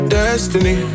destiny